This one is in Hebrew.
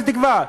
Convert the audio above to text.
שתקבע,